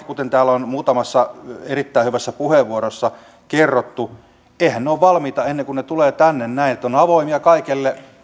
kuten täällä on muutamassa erittäin hyvässä puheenvuorossa kerrottu eiväthän kaikki lait ole valmiita ennen kuin tulevat tänne näin ne ovat avoimia kaikelle